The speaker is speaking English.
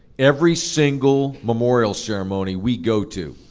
every single memorial ceremony we go to,